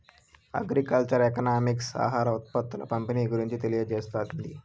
agriculture economics ఆహార ఉత్పత్తుల పంపిణీ గురించి తెలియజేస్తుంది